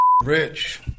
rich